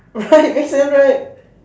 right makes sense right